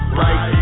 right